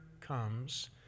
comes